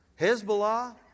Hezbollah